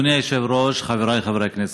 אדוני היושב-ראש, חבריי חברי הכנסת,